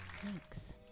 Thanks